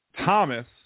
Thomas